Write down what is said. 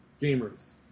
gamers